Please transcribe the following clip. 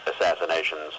assassinations